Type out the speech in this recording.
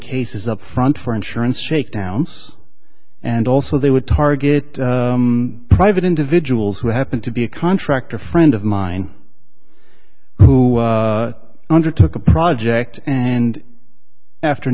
cases up front for insurance shakedowns and also they would target private individuals who happen to be a contractor friend of mine who undertook a project and after